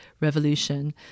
revolution